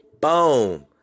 boom